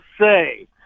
say